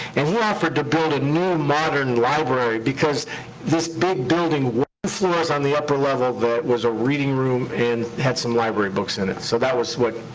and he offered to build a new, modern library, because this big building floors on the upper level that was a reading room and had some library books in it. so that was what.